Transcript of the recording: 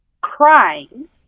crying